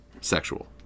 Sexual